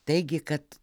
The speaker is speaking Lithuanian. taigi kad